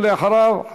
ואחריו,